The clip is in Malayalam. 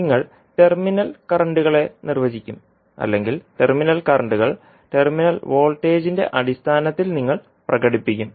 നിങ്ങൾ ടെർമിനൽ കറന്റ്കളെ നിർവചിക്കും അല്ലെങ്കിൽ ടെർമിനൽ കറന്റ്കൾ ടെർമിനൽ വോൾട്ടേജിന്റെ അടിസ്ഥാനത്തിൽ നിങ്ങൾ പ്രകടിപ്പിക്കും